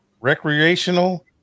recreational